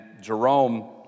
Jerome